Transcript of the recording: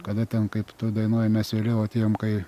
kada ten kaip toj dainoj mes vėliau atėjom kai